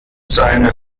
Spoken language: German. seine